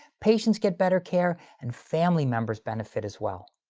patients get better care and family members benefit as well.